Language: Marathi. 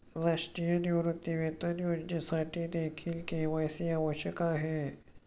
राष्ट्रीय निवृत्तीवेतन योजनेसाठीदेखील के.वाय.सी आवश्यक आहे